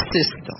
system